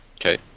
Okay